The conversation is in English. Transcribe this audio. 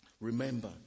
Remember